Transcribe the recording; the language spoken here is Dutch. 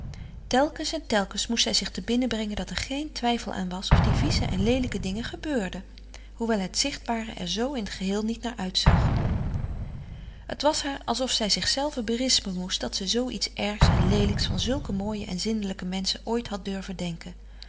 telkens en telkens moest zij zich te binnen brengen dat er geen twijfel aan was of die vieze en leelijke dingen gebeurden hoewel het zichtbare er zoo in t geheel niet naar uitzag het was haar alsof zij zichzelve berispen moest dat ze zoo iets ergs en leelijks van zulke mooie en zindelijke menschen ooit had durven denken